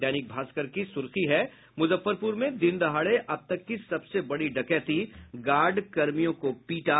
दैनिक भास्कर की सुर्खी है मुजफ्फरपुर में दिनदहाड़े अब तक की सबसे बड़ी डकैती गार्ड कर्मियों को पीटा